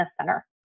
Center